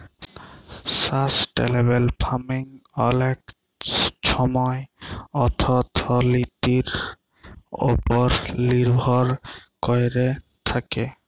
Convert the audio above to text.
sustainable farming অলেক ছময় অথ্থলিতির উপর লির্ভর ক্যইরে থ্যাকে